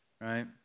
right